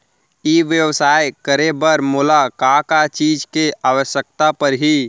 ई व्यवसाय करे बर मोला का का चीज के आवश्यकता परही?